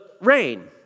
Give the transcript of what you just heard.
rain